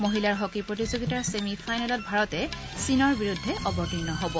মহিলাৰ হকী প্ৰতিযোগিতাৰ চেমি ফাইনেলত ভাৰতে চীনৰ বিৰুদ্ধে অৱতীৰ্ণ হ'ব